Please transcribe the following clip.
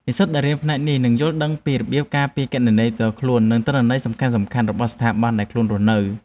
និស្សិតដែលរៀនផ្នែកនេះនឹងយល់ដឹងពីរបៀបការពារគណនីផ្ទាល់ខ្លួន និងទិន្នន័យសំខាន់ៗរបស់ស្ថាប័នដែលខ្លួនរស់នៅ។